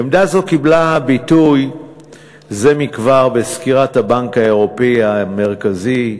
עמדה זו קיבלה ביטוי זה מכבר בסקירת הבנק האירופי המרכזי,